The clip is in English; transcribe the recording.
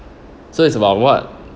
so it's about what